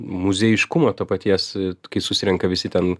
muziejiškumo to paties kai susirenka visi ten